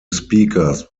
speakers